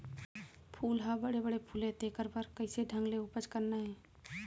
फूल ह बड़े बड़े फुलय तेकर बर कइसे ढंग ले उपज करना हे